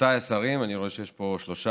רבותיי השרים, אני רואה שיש פה שלושה.